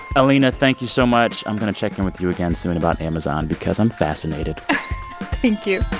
alina, thank you so much. i'm going to check in with you again soon about amazon because i'm fascinated thank you